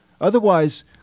Otherwise